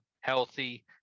healthy